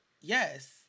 yes